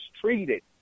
treated